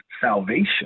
salvation